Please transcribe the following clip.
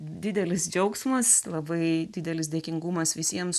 didelis džiaugsmas labai didelis dėkingumas visiems